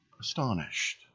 astonished